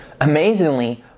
amazingly